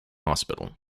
hospital